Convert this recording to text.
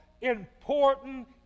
important